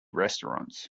restaurants